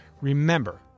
remember